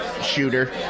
shooter